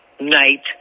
night